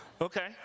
Okay